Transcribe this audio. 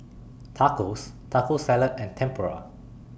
Tacos Taco Salad and Tempura